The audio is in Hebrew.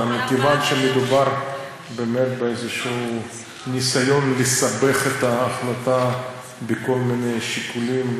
מכיוון שמדובר באמת באיזשהו ניסיון לסבך את ההחלטה בכל מיני שיקולים,